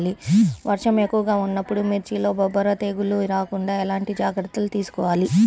వర్షం ఎక్కువగా ఉన్నప్పుడు మిర్చిలో బొబ్బర తెగులు రాకుండా ఎలాంటి జాగ్రత్తలు తీసుకోవాలి?